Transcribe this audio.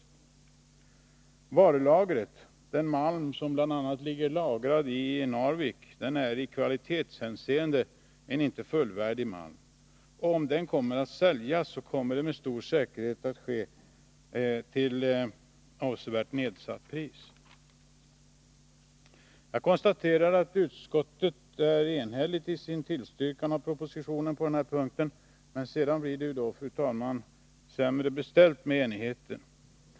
151 Om varulagret, dvs. den malm som ligger lagrad bl.a. i Narvik och som i kvalitetshänseende inte är en fullvärdig malm, kommer att säljas, så kommer det med stor säkerhet att ske till avsevärt nedsatt pris. Jag konstaterar att utskottet är enhälligt i sin tillstyrkan av propositionen på denna punkt. Men sedan blir det, fru talman, sämre beställt med enigheten.